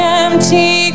empty